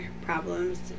problems